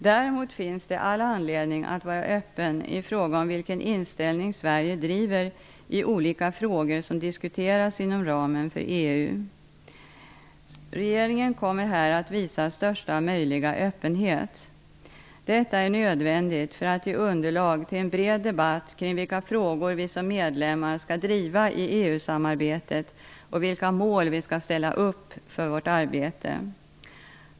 Däremot finns det all anledning att vara öppen i fråga om vilken inställning Sverige driver i de olika frågor som diskuteras inom ramen för EU. Regeringen kommer här att visa största möjliga öppenhet. Detta är nödvändigt för att det skall ges underlag till en bred debatt kring vilka frågor vi som medlemmar skall driva i EU-samarbetet och vilka mål vi skall ställa upp för vårt arbete.